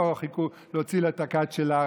לא חיכו להוציא לה את הכד שלה,